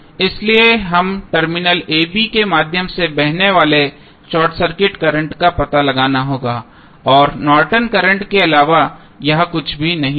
इसलिए हमें terminal a b के माध्यम से बहने वाले शॉर्ट सर्किट करंट का पता लगाना होगा और यह नॉर्टन करंट Nortons current के अलावा कुछ नहीं होगा